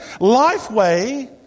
Lifeway